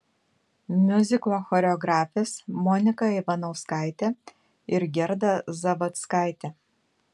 miuziklo choreografės monika ivanauskaitė ir gerda zavadzkaitė